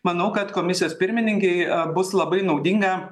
manau kad komisijos pirmininkei bus labai naudinga